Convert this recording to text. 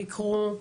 ביקרו.